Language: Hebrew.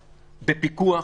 בפיקוח,